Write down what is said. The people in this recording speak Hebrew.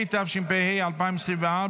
התשפ"ה 2024,